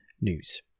news